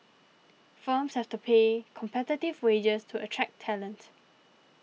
firms has to pay competitive wages to attract talent